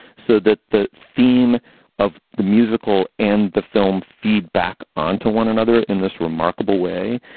so that the theme of the musical and the film feed back onto one another in this remarkable way.